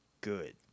good